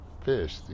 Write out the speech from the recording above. fish